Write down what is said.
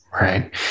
right